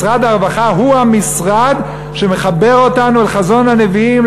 משרד הרווחה הוא המשרד שמחבר אותנו לחזון הנביאים,